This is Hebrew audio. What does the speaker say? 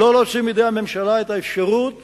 ולא להוציא מידי הממשלה את האפשרות